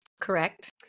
Correct